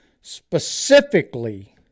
Specifically